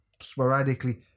sporadically